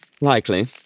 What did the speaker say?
Likely